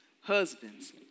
husbands